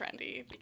trendy